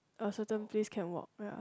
a certain place can walk ya